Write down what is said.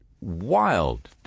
wild